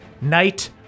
knight